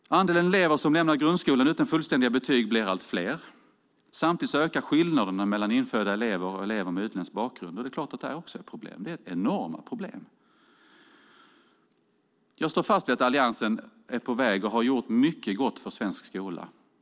Andelen elever som lämnar grundskolan utan fullständiga betyg blir allt fler. Samtidigt ökar skillnaderna mellan infödda elever och elever med utländsk bakgrund. Det är klart att det också är ett problem. Det är ett enormt problem. Jag står fast vid att Alliansen har gjort och är på väg mot att göra mycket gott för svensk skola.